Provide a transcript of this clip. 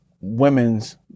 women's